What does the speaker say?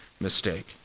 mistake